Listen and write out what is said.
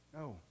No